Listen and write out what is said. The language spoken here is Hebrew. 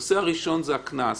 הנושא הראשון זה הקנס.